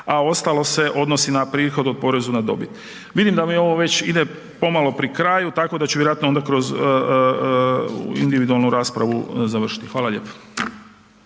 a ostalo se odnosi na prihod o poreznu na dobit. Vidim da mi ovo već ide pomalo pri kraju tako da ću vjerojatno onda kroz individualnu raspravu završiti. Hvala lijepo.